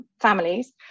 families